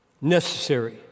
Necessary